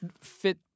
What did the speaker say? fit